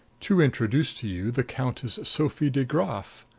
to introduce to you the countess sophie de graf,